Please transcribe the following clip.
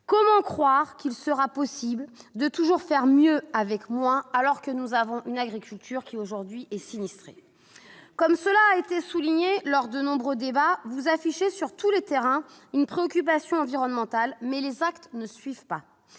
Comment croire qu'il sera possible de toujours faire mieux avec moins, alors que notre agriculture est aujourd'hui sinistrée ! Comme cela a été souligné lors de nombreux débats, vous affichez sur tous les terrains une préoccupation environnementale, mais les actes ne suivent pas